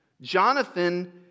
Jonathan